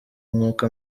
nk’uko